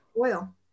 oil